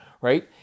right